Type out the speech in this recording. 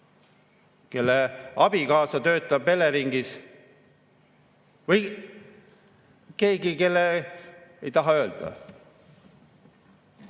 kelle abikaasa töötab Eleringis, või keegi, kelle ...? Ei taha öelda.